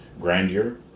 grandeur